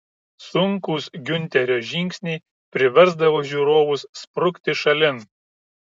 sunkūs giunterio žingsniai priversdavo žiūrovus sprukti šalin